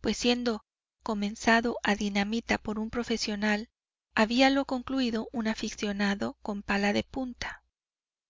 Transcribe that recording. pues siendo comenzado a dinamita por un profesional habíalo concluído un aficionado con pala de punta